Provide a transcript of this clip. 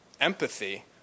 empathy